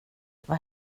vad